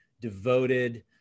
devoted